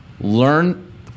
learn